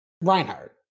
Reinhardt